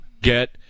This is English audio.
get